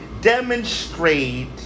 demonstrate